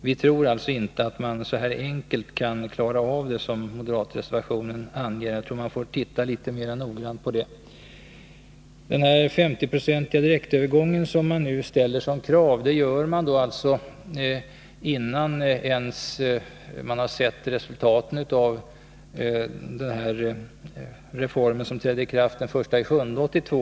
Vi tror alltså inte att man kan klara av det så enkelt som anges i moderatreservationen. Jag tror att man får titta litet mera noggrant på den saken. Man kräver alltså en 50-procentig direktövergång, och det gör man innan man ens sett resultaten av den reform som trädde i kraft den 1 juli 1982.